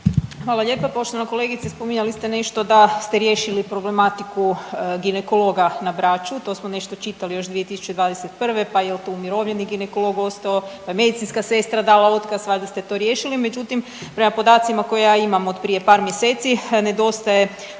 Hvala lijepa. Poštovana kolegice spominjali ste nešto da ste riješili problematiku ginekologa na Braču, to smo nešto čitali još 2021., pa jel tu u mirovini ginekolog ostao, pa je medicinska sestra dala otkaz, valjda ste to riješili. Međutim, prema podacima koje ja imam od prije par mjeseci nedostaje